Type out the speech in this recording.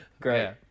Great